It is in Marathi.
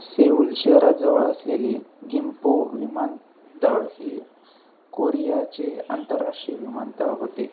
सेऊल शहराजवळ असलेले गिम्पो विमानतळ हे कोरियाचे आंतरराष्ट्रीय विमानतळ होते